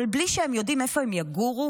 וכשבאמת,